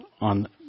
on